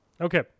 okay